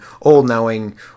all-knowing